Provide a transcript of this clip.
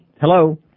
Hello